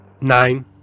Nine